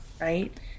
Right